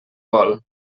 vol